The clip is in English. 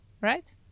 Right